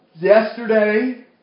Yesterday